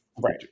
Right